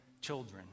children